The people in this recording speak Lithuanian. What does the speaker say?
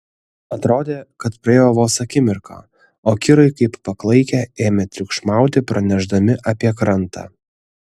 atrodė kad praėjo vos akimirka o kirai kaip paklaikę ėmė triukšmauti pranešdami apie krantą